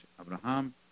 Abraham